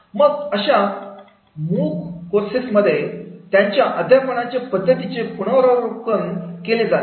मग अशा मूक मध्ये त्यांच्या अध्यापनाच्या पद्धती चे पुनरावलोकन केले जाते